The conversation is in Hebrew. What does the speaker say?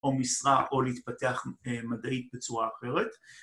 ‫או משרה או להתפתח מדעית בצורה אחרת.